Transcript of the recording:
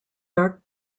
dark